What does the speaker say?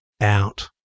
Out